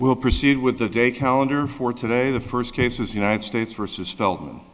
we'll proceed with the gay calendar for today the first case is united states versus feltman